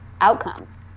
outcomes